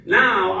now